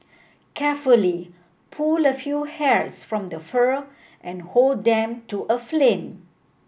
carefully pull a few hairs from the fur and hold them to a flame